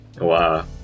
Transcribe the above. Wow